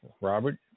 Robert